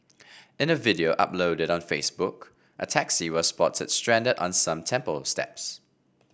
in a video uploaded on Facebook a taxi was spotted stranded on some temple steps